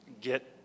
get